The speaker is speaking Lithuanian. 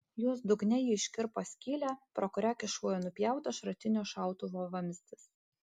jos dugne ji iškirpo skylę pro kurią kyšojo nupjautas šratinio šautuvo vamzdis